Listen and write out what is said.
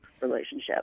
relationship